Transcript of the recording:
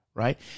Right